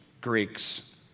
Greeks